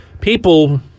People